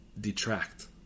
detract